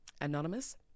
Anonymous